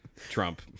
Trump